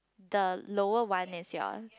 the lower one is your